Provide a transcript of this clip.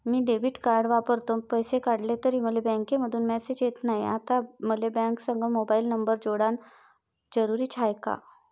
मी debit card वापरतो, पैसे काढले तरी मले बँकेमंधून मेसेज येत नाय, आता मले बँकेसंग मोबाईल नंबर जोडन जरुरीच हाय का?